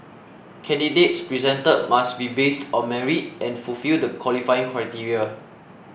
candidates presented must be based on merit and fulfil the qualifying criteria